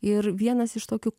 ir vienas iš tokių